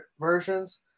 versions